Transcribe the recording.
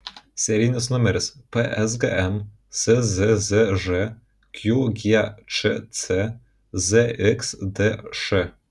serijinis numeris psgm szzž qgčc zxdš